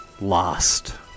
lost